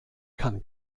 kann